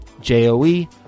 J-O-E